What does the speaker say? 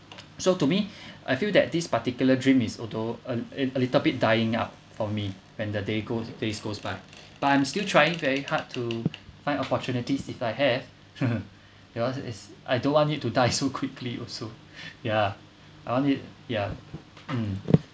so to me I feel that this particular dream is although a little bit dying up for me when the day go days goes by but I'm still trying very hard to find opportunities if I have that was is I don't want it to die so quickly also ya I want it ya mm